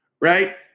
Right